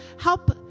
help